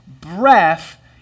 breath